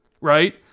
right